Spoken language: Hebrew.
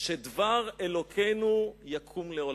ש"דבר אלוקינו יקום לעולם".